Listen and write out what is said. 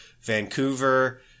Vancouver